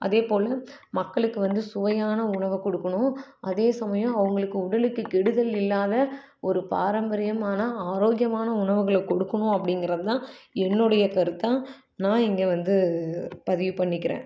அதேபோல மக்களுக்கு வந்து சுவையான உணவை கொடுக்கணும் அதே சமயம் அவங்களுக்கு உடலுக்கு கெடுதல் இல்லாத ஒரு பாரம்பரியமான ஆரோக்கியமான உணவுகள கொடுக்கணும் அப்படிங்கிறது தான் என்னுடைய கருத்தாக நான் இங்கே வந்து பதிவு பண்ணிக்கிறேன்